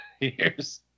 years